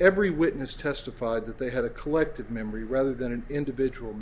every witness testified that they had a collective memory rather than an individual